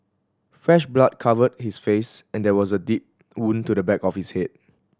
fresh blood covered his face and there was a deep wound to the back of his head